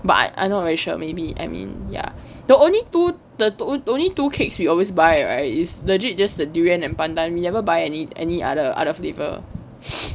but I not very sure maybe I mean ya the only two the only two cakes we always buy right is legit just the durian and pandan we ever buy any any other other flavour